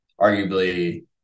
arguably